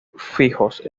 fijos